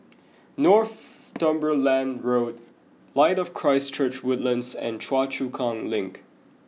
Northumberland Road Light of Christ Church Woodlands and Choa Chu Kang Link